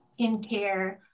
skincare